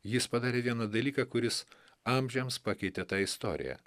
jis padarė vieną dalyką kuris amžiams pakeitė tą istoriją